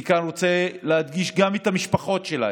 אני כאן רוצה להדגיש גם את המשפחות שלהם: